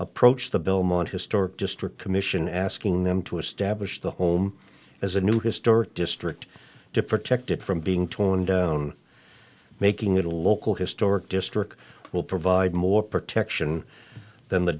approach the belmont historic district commission asking them to establish the home as a new historic district to protect it from being torn down making it a local historic district will provide more protection than the